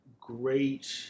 great